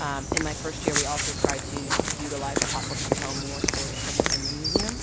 um in my first year, we also tried to to utilize the platforms to tell more stories from within the museum.